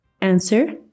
Answer